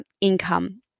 income